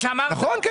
בדיוק, נכון.